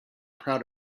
proud